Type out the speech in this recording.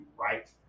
right